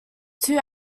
two